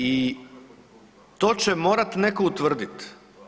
I to će morati netko utvrditi.